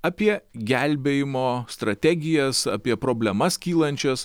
apie gelbėjimo strategijas apie problemas kylančias